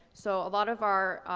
so a lot of our,